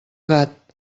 gat